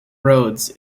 roads